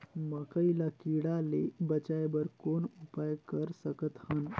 मकई ल कीड़ा ले बचाय बर कौन उपाय कर सकत हन?